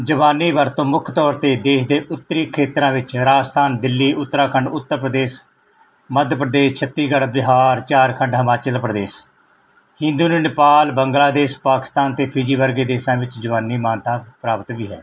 ਜ਼ਬਾਨੀ ਵਰਤੋਂ ਮੁੱਖ ਤੌਰ 'ਤੇ ਦੇਸ਼ ਦੇ ਉੱਤਰੀ ਖੇਤਰਾਂ ਵਿੱਚ ਰਾਜਸਥਾਨ ਦਿੱਲੀ ਉੱਤਰਾਖੰਡ ਉੱਤਰ ਪ੍ਰਦੇਸ਼ ਮੱਧ ਪ੍ਰਦੇਸ਼ ਛੱਤੀਸਗੜ੍ਹ ਬਿਹਾਰ ਝਾਰਖੰਡ ਹਿਮਾਚਲ ਪ੍ਰਦੇਸ਼ ਹਿੰਦੂ ਨੇ ਨੇਪਾਲ ਬੰਗਲਾਦੇਸ਼ ਪਾਕਿਸਤਾਨ ਅਤੇ ਫਿਜੀ ਵਰਗੇ ਦੇਸ਼ਾਂ ਵਿੱਚ ਜ਼ਬਾਨੀ ਮਾਨਤਾ ਪ੍ਰਾਪਤ ਵੀ ਹੈ